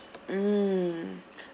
mm